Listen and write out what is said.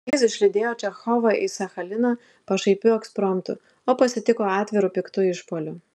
jis išlydėjo čechovą į sachaliną pašaipiu ekspromtu o pasitiko atviru piktu išpuoliu